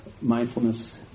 mindfulness